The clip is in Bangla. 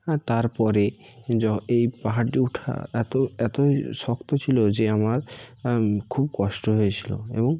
আর তারপরে য এই পাহারটি উঠা এতো এতোই শক্ত ছিলো যে আমার খুব কষ্ট হয়েছিলো এবং